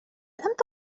أنت